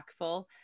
impactful